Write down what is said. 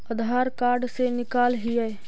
आधार card से निकाल हिऐ?